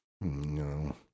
No